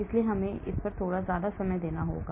इसलिए हमें इस पर बहुत समय देना होगा